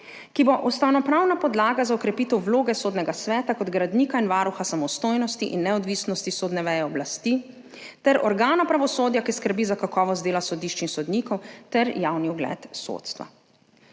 ki bo ustavnopravna podlaga za okrepitev vloge Sodnega sveta kot gradnika in varuha samostojnosti in neodvisnosti sodne veje oblasti ter organa pravosodja, ki skrbi za kakovost dela sodišč in sodnikov ter javni ugled sodstva.